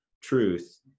truth